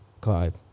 Clive